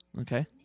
Okay